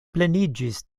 pleniĝis